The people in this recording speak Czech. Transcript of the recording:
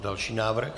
Další návrh.